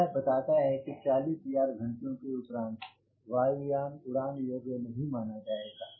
यह बताता है कि 40000 घंटों के उपरांत वायु यान उड़ान योग्य नहीं माना जायेगा